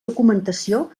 documentació